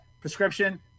prescription